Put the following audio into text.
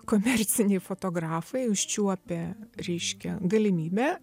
komerciniai fotografai užčiuopia reiškia galimybę